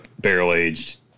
barrel-aged